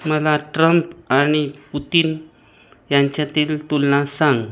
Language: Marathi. मला ट्रम्प आणि पुतिन यांच्यातील तुलना सांग